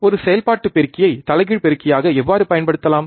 ஒரு செயல்பாட்டு பெருக்கியை தலைகீழ் பெருக்கியாக எவ்வாறு பயன்படுத்தலாம்